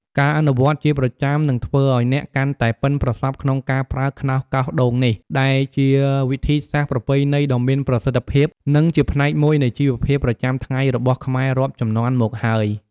ការអនុវត្តជាប្រចាំនឹងធ្វើឱ្យអ្នកកាន់តែប៉ិនប្រសប់ក្នុងការប្រើខ្នោសកោសដូងនេះ ដែលជាវិធីសាស្ត្រប្រពៃណីដ៏មានប្រសិទ្ធភាព និងជាផ្នែកមួយនៃជីវភាពប្រចាំថ្ងៃរបស់ខ្មែររាប់ជំនាន់មកហើយ។